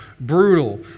brutal